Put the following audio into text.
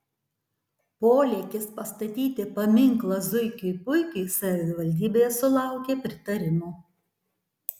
polėkis pastatyti paminklą zuikiui puikiui savivaldybėje sulaukė pritarimo